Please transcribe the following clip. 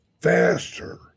faster